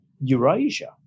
Eurasia